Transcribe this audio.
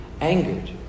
angered